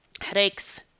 headaches